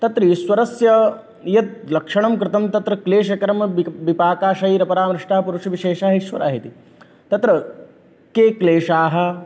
तत्र ईश्वरस्य यत् लक्षणं कृतं तत्र क्लेशकरं बिप् बिपाकाशैरपरामृष्टः पुरुषविशेषः ईश्वरः इति तत्र के क्लेशाः